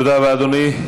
תודה רבה, אדוני.